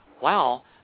wow